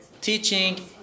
teaching